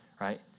right